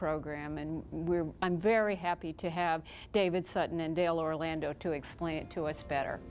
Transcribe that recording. program and we're i'm very happy to have david sutton and dale orlando to explain it to us better